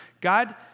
God